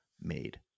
made